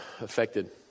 affected